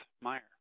Meyer